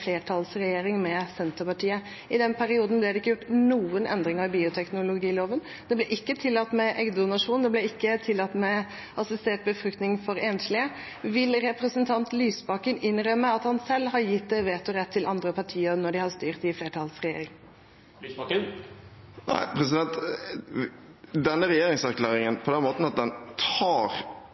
flertallsregjering med Senterpartiet, og i den perioden ble det ikke gjort noen endringer i bioteknologiloven. Det ble ikke tillatt med eggdonasjon, det ble ikke tillatt med assistert befruktning for enslige. Vil representanten Lysbakken innrømme at han selv, når SV har styrt i en flertallsregjering, har gitt vetorett til andre partier? At en i forbindelse med denne regjeringserklæringen tar uenigheter om dette spørsmålet av bordet på